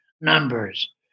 numbers